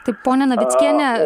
taip ponia navickiene